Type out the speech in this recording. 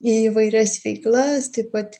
į įvairias veiklas taip pat